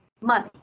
money